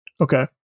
Okay